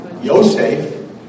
Yosef